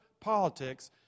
politics